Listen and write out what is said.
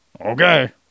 Okay